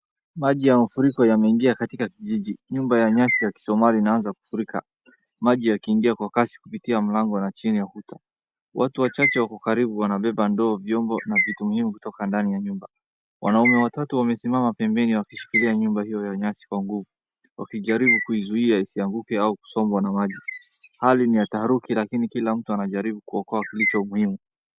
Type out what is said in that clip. Maji ya mafuriko yameingia katika kijiji. Nyumba ya nyasi ya kisomali inaanza kufurika, maji yakiingia kwa kasi kupitia mlango na chini ya ukuta. Watu wachache wako karibu, wanabeba ndoo, vyombo na vitu muhimu kutoka ndani ya nyumba. Wanaume watatu wamesimama pembeni wakishikilia nyumba hiyo ya nyasi kwa nguvu, wakijaribu kuizuia isianguke au kusombwa na maji. Hali ni ya taharuki lakini kila mtu anajaribu kuokoa kilicho muhimu.